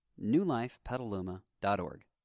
newlifepetaluma.org